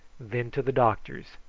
then to the doctor's,